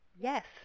yes